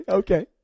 okay